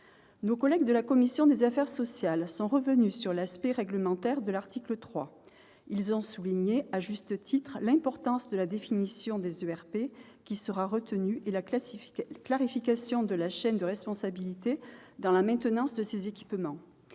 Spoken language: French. Nos collègues de la commission des affaires sociales sont revenus sur l'aspect réglementaire de l'article 3. Ils ont souligné, à juste titre, l'importance de la définition des ERP qui sera retenue et la clarification de la chaîne de responsabilités dans la maintenance de ces équipements.